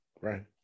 Right